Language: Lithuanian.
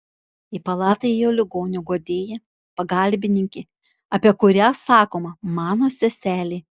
į palatą įėjo ligonio guodėja pagalbininkė apie kurią sakoma mano seselė